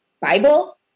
Bible